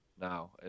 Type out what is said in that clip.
now